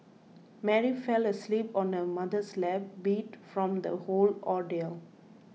Mary fell asleep on her mother's lap beat from the whole ordeal